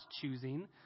choosing